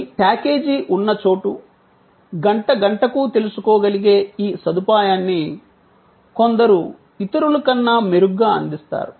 మీ package ఉన్న చోటు గంట గంటకు తెలుసుకోగలిగే ఈ సదుపాయాన్ని కొందరు ఇతరులకన్నా మెరుగ్గా అందిస్తారు